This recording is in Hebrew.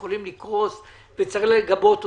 יכולים לקרוס וצריך לגבות אותם.,